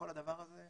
כל הדבר הזה,